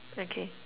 okay